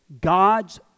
God's